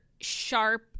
sharp